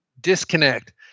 disconnect